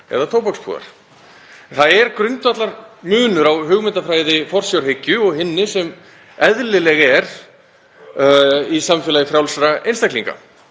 eða tóbakspúðar. Það er grundvallarmunur á hugmyndafræði forsjárhyggju og hinni sem eðlileg er í samfélagi frjálsra einstaklinga.